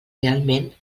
realment